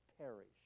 perish